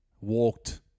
walked